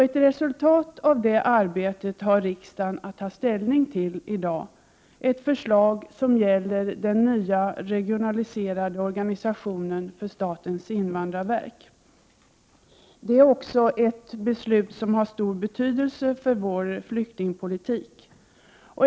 Ett resultat av detta arbete har riksdagen att ta ställning till i dag, och det är ett förslag som gäller den nya, regionaliserade organisationen för statens invandrarverk. Det är ett beslut som har stor betydelse för vår flyktingpolitik.